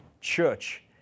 church